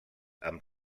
amb